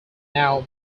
now